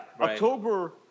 October